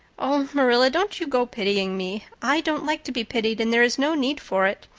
oh, marilla, don't you go pitying me. i don't like to be pitied, and there is no need for it.